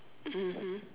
mmhmm